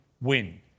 win